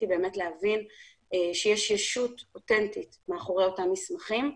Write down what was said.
היא להבין שיש ישות אוטנטית מאחורי אותם מסמכים.